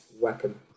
weapon